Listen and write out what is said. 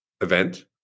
event